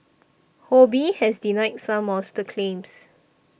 Ho Bee has denied some of the claims